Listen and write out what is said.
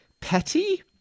petty